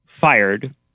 fired